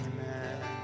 amen